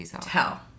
tell